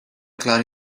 cloud